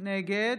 נגד